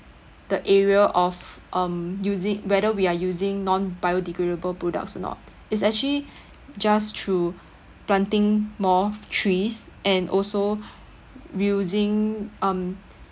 the area of um using whether we are using non-biodegradable products or not it's actually just through planting more trees and also using um